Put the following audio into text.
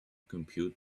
compute